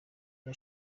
rya